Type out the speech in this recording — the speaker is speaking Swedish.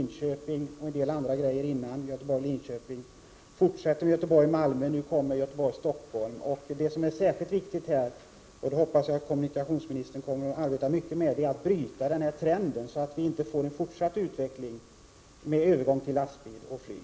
Det började alltså med Göteborg-Linköping, fortsatte med Göteborg-Malmö och nu kommer Göteborg-Stockholm. Vad som är särskilt viktigt här — och det hoppas jag att kommunikationsministern kommer att lägga ned mycket arbete på — är att bryta den här trenden, så att vi inte får en fortsatt utveckling med övergång till lastbil och flyg.